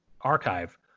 archive